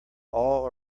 all